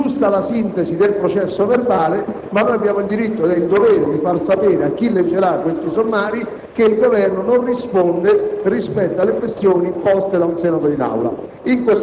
giusta la sintesi del processo verbale, ma noi abbiamo il diritto e il dovere di far sapere a chi leggerà questi verbali che il Governo non risponde alle questioni poste da un senatore in Aula.